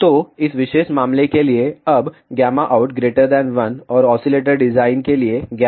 तो इस विशेष मामले के लिए अब out1 और ऑसीलेटर डिजाइन के लिए L1